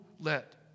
let